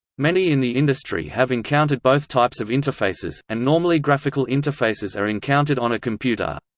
many in the industry have encountered both types of interfaces, and normally graphical interfaces are encountered on a computer.